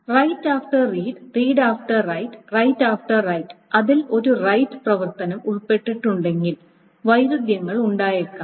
write after read read after write write after write അതിൽ ഒരു write പ്രവർത്തനം ഉൾപ്പെട്ടിട്ടുണ്ടെങ്കിൽ വൈരുദ്ധ്യങ്ങൾ ഉണ്ടായേക്കാം